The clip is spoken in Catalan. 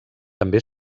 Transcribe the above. també